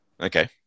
Okay